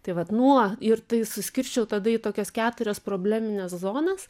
tai vat nuo ir tai suskirsčiau tada į tokias keturias problemines zonas